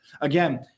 again